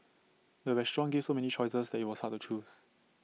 the restaurant gave so many choices that IT was hard to choose